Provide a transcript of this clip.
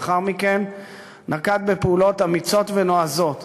לאחר מכן הוא נקט פעולות אמיצות ונועזות